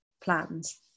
plans